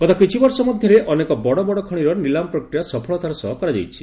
ଗତ କିଛି ବର୍ଷ ମଧ୍ଧରେ ଅନେକ ବଡ଼ ବଡ଼ ଖଶିର ନିଲାମ ପ୍ରକ୍ରିୟା ସଫଳତାର ସହ କରାଯାଇଛି